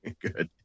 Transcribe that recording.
Good